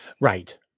Right